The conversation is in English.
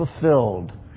fulfilled